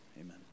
Amen